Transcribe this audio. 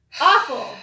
Awful